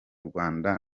rwanda